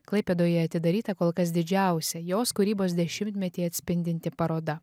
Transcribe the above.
klaipėdoje atidaryta kol kas didžiausia jos kūrybos dešimtmetį atspindinti paroda